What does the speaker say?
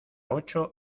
ocho